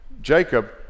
Jacob